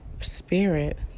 spirit